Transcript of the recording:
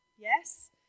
yes